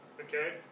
Okay